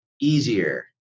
easier